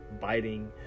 biting